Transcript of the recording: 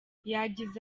yagize